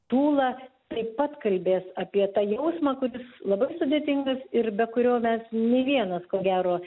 tūla taip pat kalbės apie tą jausmą kuris labai sudėtingas ir be kurio mes nė vienas ko gero